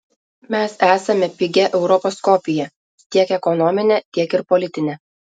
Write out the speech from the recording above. mes esame pigia europos kopija tiek ekonomine tiek ir politine